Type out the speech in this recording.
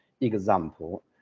Example